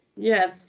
Yes